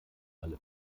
alle